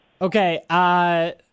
Okay